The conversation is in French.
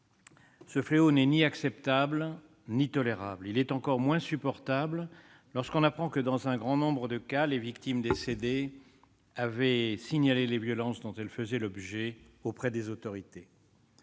Ce fléau n'est ni acceptable ni tolérable. Il est encore moins supportable lorsque l'on apprend que, dans un grand nombre de cas, les victimes décédées avaient signalé les violences dont elles faisaient l'objet auprès des autorités.